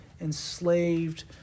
enslaved